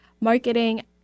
marketing